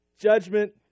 judgment